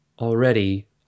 Already